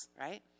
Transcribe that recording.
right